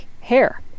hair